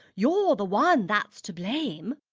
you're the one that's to blame.